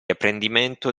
apprendimento